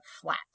flat